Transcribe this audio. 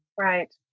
Right